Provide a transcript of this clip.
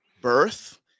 birth